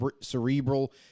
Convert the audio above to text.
cerebral